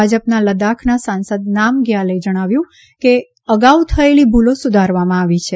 ભાજપના લદ્દાખના સાંસદ નામગ્યાલે જણાવ્યું કે અગાઉ થયેલી ભૂલો સુધારવામાં આવી છે